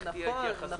איך תהיה ההתייחסות?